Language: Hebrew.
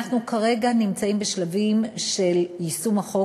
אנחנו כרגע נמצאים בשלבים של יישום החוק,